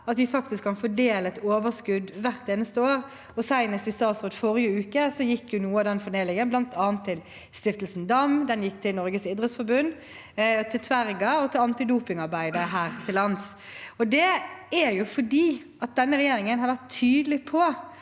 at vi faktisk kan fordele et overskudd hvert eneste år. Senest i statsråd i forrige uke gikk noe av den fordelingen bl.a. til Stiftelsen Dam, til Norges Idrettsforbund, til Tverga og til antidopingarbeidet her til lands. Det er fordi denne regjeringen har vært tydelig på